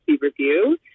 review